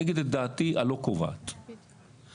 אני אגיד את דעתי הלא קובעת: אני,